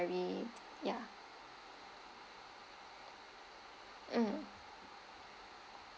strawberry ya mm